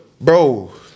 Bro